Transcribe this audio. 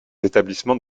établissements